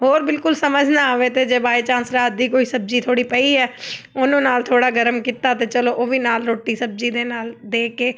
ਹੋਰ ਬਿਲਕੁਲ ਸਮਝ ਨਾ ਆਵੇ ਤਾਂ ਜੇ ਬਾਏ ਚਾਂਸ ਰਾਤ ਦੀ ਕੋਈ ਸਬਜ਼ੀ ਥੋੜ੍ਹੀ ਪਈ ਹੈ ਉਹਨੂੰ ਨਾਲ ਥੋੜ੍ਹਾ ਗਰਮ ਕੀਤਾ ਅਤੇ ਚਲੋ ਉਹ ਵੀ ਨਾਲ ਰੋਟੀ ਸਬਜ਼ੀ ਦੇ ਨਾਲ ਦੇ ਕੇ